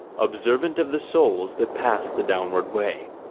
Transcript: observant of the souls that pass the downward way.